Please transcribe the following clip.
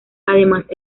además